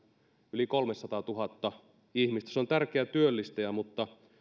yli kolmesataatuhatta ihmistä se on tärkeä työllistäjä mutta